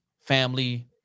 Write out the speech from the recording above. family